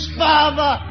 father